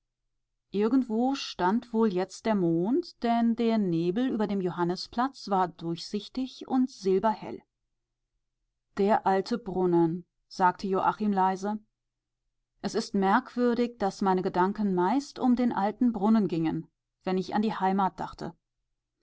stand wohl jetzt der mond denn der nebel über dem johannisplatz war durchsichtig und silberhell der alte brunnen sagte joachim leise es ist merkwürdig daß meine gedanken meist um den alten brunnen gingen wenn ich an die heimat dachte